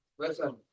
Listen